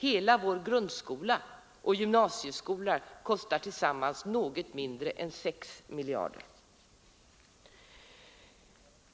Hela vår grundskola och gymnasieskola kostar tillsammans något mindre än 6 miljarder.